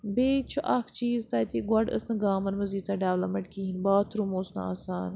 بیٚیہِ چھُ اَکھ چیٖز تَتہِ گۄڈٕ ٲس نہٕ گامَن منٛز ییٖژاہ ڈٮ۪ولَپمٮ۪نٛٹ کِہیٖنۍ باتھروٗم اوس نہٕ آسان